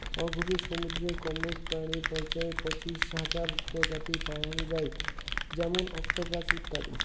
অগভীর সমুদ্রের কম্বোজ প্রাণী পর্যায়ে পঁচাশি হাজার প্রজাতি পাওয়াং যাই যেমন অক্টোপাস ইত্যাদি